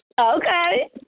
Okay